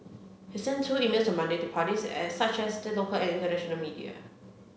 he sent two emails on Monday to parties as such as the local and international media